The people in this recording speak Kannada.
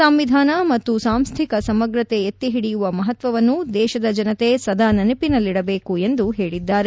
ಸಂವಿಧಾನ ಮತ್ತು ಸಾಂಸ್ದಿಕ ಸಮಗ್ರತೆ ಎತ್ತಿ ಹಿಡಿಯುವ ಮಹತ್ವವನ್ನು ದೇಶದ ಜನತೆ ಸದಾ ನೆನಪಿನಲ್ಲಿದಬೇಕು ಎಂದು ಹೇಳಿದ್ದಾರೆ